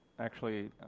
actually,